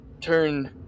turn